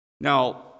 Now